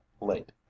late